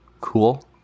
Cool